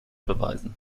beweisen